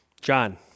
John